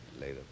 later